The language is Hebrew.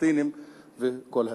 פלסטינים וכל התושבים.